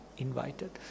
Invited